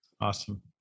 Awesome